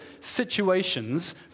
situations